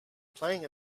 playing